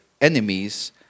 enemies